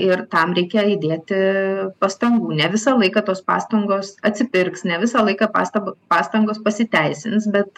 ir tam reikia įdėti pastangų ne visą laiką tos pastangos atsipirks ne visą laiką pastabo pastangos pasiteisins bet